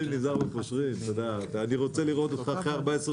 מועצת הרשות בעניין התאגוד, 75,300